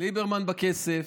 ליברמן בכסף,